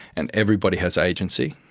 and everybody has agency.